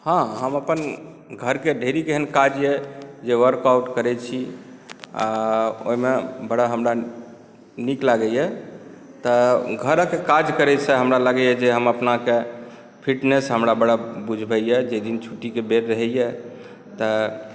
हँ हम अपन घरके ढेरिक एहन काज यए जे वर्कआउट करैत छी आ ओहिमे बड़ा हमरा नीक लागैए तऽ घरक काज करयसँ हमरा लागैए जे हमरा अपनाकेँ फिटनेस हमरा बुझबैए जाहि दिन छुट्टीके बेर रहैए तऽ